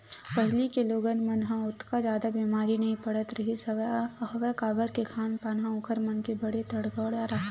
पहिली के लोगन मन ह ओतका जादा बेमारी नइ पड़त रिहिस हवय काबर के खान पान ह ओखर मन के बने तगड़ा राहय